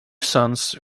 sons